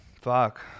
fuck